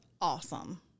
awesome